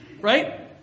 right